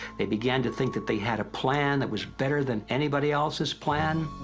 they began to think that they had a plan, that was better than anybody else's plan,